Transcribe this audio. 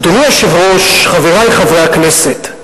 אדוני היושב-ראש, חברי חברי הכנסת,